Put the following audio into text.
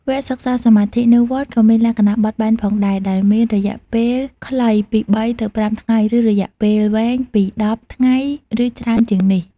វគ្គសិក្សាសមាធិនៅវត្តក៏មានលក្ខណៈបត់បែនផងដែរ ដោយមាន រយៈពេលខ្លី ពី ៣ ទៅ ៥ ថ្ងៃ ឬ រយៈពេលវែង ពី ១០ ថ្ងៃ ឬច្រើនជាងនេះ។